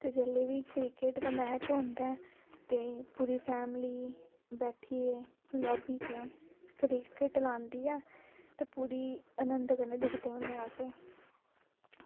ते जेल्लै बी क्रिकेट दा मैच होंदा ऐ ते पूरी फैमिली बैठियै लॉबी च क्रिकेट लांदी ऐ ते पूरी आनंद कन्नै दिक्खदे मैच